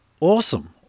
awesome